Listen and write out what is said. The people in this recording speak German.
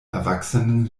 erwachsenen